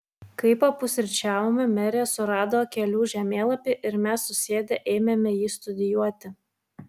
kai papusryčiavome merė surado kelių žemėlapį ir mes susėdę ėmėme jį studijuoti